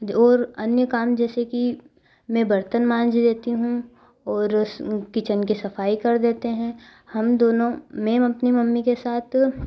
और अन्य काम जैसे कि मैं बर्तन मांज देती हूँ और स किचन के सफाई कर देते हैं हमदोनों में अपनी मम्मी के साथ